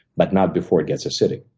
but not before it gets acidic.